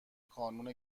کانون